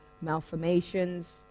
malformations